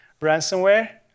ransomware